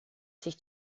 sich